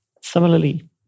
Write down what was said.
Similarly